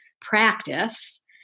practice